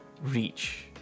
Reach